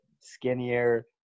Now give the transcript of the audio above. skinnier